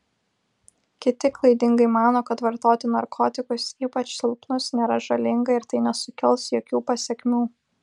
kiti klaidingai mano kad vartoti narkotikus ypač silpnus nėra žalinga ir tai nesukels jokių pasekmių